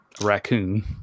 raccoon